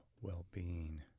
well-being